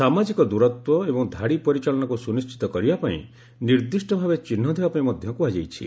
ସାମାଜିକ ଦୂରତ୍ୱ ଏବଂ ଧାଡ଼ି ପରିଚାଳନାକୁ ସୁନିଶ୍ଚିତ କରିବାପାଇଁ ନିର୍ଦ୍ଦିଷ୍ଟ ଭାବେ ଚିହ୍ନ ଦେବାପାଇଁ ମଧ୍ୟ କୁହାଯାଇଛି